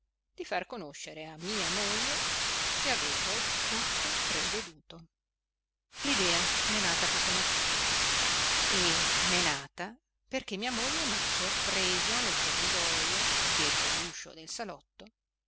di far conoscere a mia moglie che avevo tutto preveduto l'idea m'è nata questa mattina e m'è nata perché mia moglie m'ha sorpreso nel corridojo dietro l'uscio del salotto